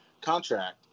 contract